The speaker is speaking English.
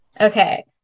Okay